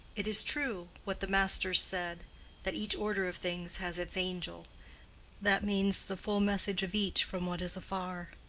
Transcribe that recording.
it is true what the masters said that each order of things has its angel that means the full message of each from what is afar.